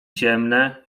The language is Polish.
ciemne